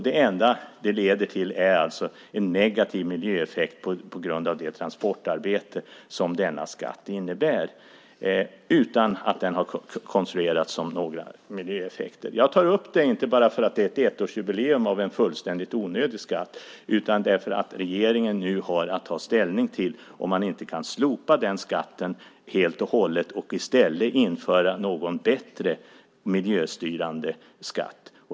Det enda det leder till är en negativ miljöeffekt på grund av det transportarbete som denna skatt innebär. Den har ändå inte konstruerats med några sådana miljöeffekter. Jag tar upp detta inte bara därför att det är ettårsjubileum av en fullständigt onödig skatt utan därför att regeringen nu har att ta ställning till om man inte kan slopa skatten helt och hållet och i stället införa någon bättre miljöstyrande skatt.